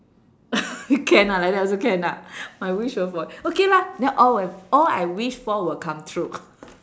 can ah like that also can ah my wish of what okay lah then all will have all I wish for will come through